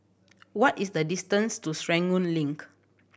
what is the distance to Serangoon Link